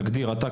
תגדיר אתה,